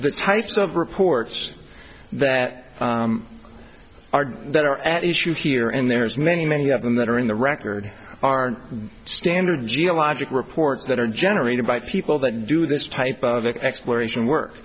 the types of reports that are that are at issue here and there's many many of them that are in the record are standard geologic reports that are generated by people that do this type of exploration work